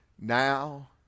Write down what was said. now